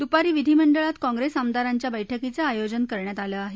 दुपारी विधिमंडळात काँप्रेस आमदारांच्या बैठकीच आयोजन करण्यात आलं आहे